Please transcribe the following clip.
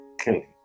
killing